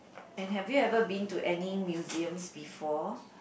and have you ever been to any museums before